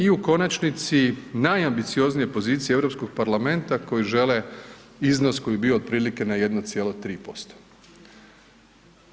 I u konačnici najambicioznije pozicije Europskog parlamenta koji žele iznos koji je bio otprilike na 1,3%